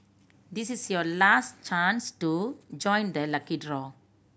this is your last chance to join the lucky draw